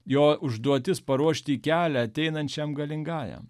jo užduotis paruošti kelią ateinančiam galingajam